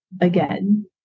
again